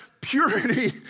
purity